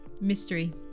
mystery